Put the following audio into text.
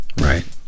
right